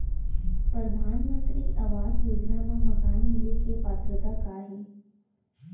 परधानमंतरी आवास योजना मा मकान मिले के पात्रता का हे?